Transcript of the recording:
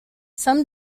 some